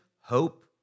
hope